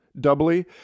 doubly